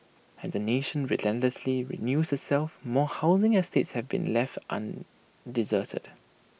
as the nation relentlessly renews itself more housing estates have been left deserted